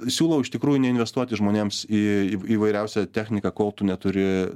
siūlau iš tikrųjų neinvestuoti žmonėms į įvairiausią techniką kol tu neturi